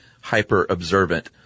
hyper-observant